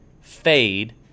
fade